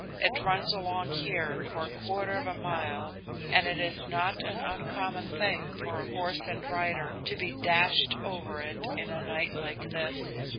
it runs along here for a quarter of a mile and it is not an uncommon thing for a horse and rider to be dashed over it in a night like this